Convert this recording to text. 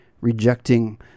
rejecting